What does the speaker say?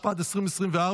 התשפ"ד 2024,